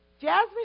Jasmine